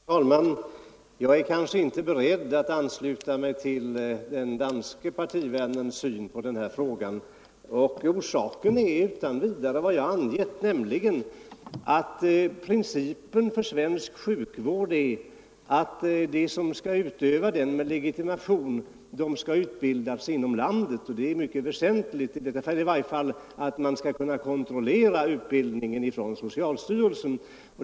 Herr talman! Jag är kanske inte beredd att ansluta mig till den danske partivännens syn på den här frågan. Orsaken är vad jag angett, nämligen att principen för svensk sjukvård är att de som skall utöva den med legitimation skall utbildas inom landet. Det är mycket väsentligt. Man skall i varje fall från socialstyrelsen kunna kontrollera utbildningen.